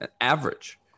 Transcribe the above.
Average